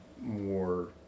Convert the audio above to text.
more